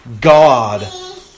God